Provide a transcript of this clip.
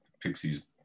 Pixies